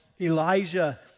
Elijah